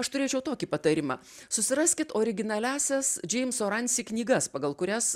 aš turėčiau tokį patarimą susiraskit originaliąsias džeimso ransi knygas pagal kurias